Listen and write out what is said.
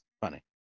Funny